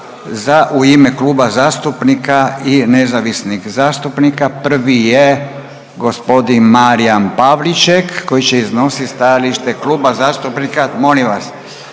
u ime kluba zastupnika i nezavisnih zastupnika. Prvi je gospodin Marijan Pavliček koji će iznositi stajalište Kluba zastupnika, molim vas,